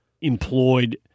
employed